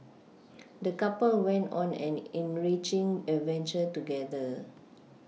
the couple went on an enriching adventure together